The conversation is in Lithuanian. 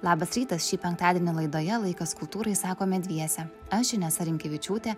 labas rytas šį penktadienį laidoje laikas kultūrai sakome dviese aš inesa rimkevičiūtė